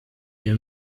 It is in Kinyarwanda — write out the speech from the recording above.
iyo